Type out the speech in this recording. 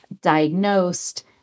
diagnosed